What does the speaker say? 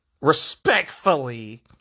respectfully